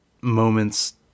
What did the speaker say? moments